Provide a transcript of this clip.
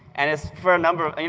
and it's for a number of you